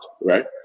right